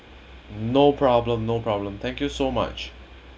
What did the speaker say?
no problem no problem thank you so much